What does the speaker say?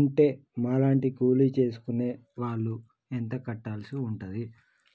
ఉంటే మా లాంటి కూలి చేసుకునే వాళ్లు ఎంత కట్టాల్సి ఉంటది?